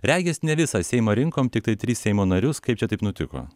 regis ne visą seimą rinkom tiktai trys seimo narius kaip čia taip nutiko